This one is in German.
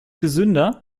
gesünder